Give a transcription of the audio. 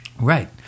Right